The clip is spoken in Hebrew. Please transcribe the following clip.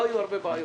לא היו הרבה בעיות.